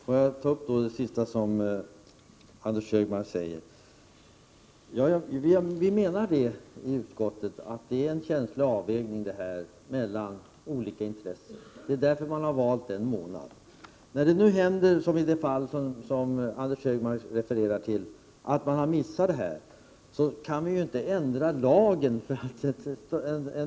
Fru talman! Jag vill beröra det sista som Anders G Högmark sade. Utskottsmajoriteten menar att det är fråga om en känslig avvägning mellan olika intressen. Därför har man valt preskriptionstiden en månad. Bara därför att en myndighet inte har varit noggrannare i det fall som Anders G Högmark refererade till kan vi ju inte ändra lagen.